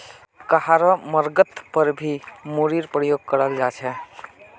कहारो मर्गत पर भी मूरीर प्रयोग कराल जा छे